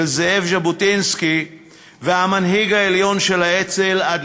של זאב ז'בוטינסקי והמנהיג העליון של האצ"ל עד